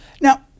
Now